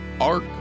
arc